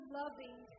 loving